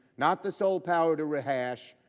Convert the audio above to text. not the sole power to rehash.